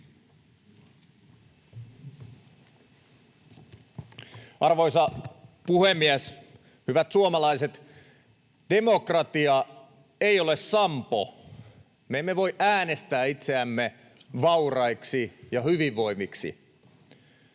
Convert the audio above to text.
Arvoisa puhemies! Hyvät suomalaiset! Demokratia ei ole sampo. Me emme voi äänestää itseämme vauraiksi ja hyvinvoiviksi.